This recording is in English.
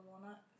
walnut